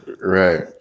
Right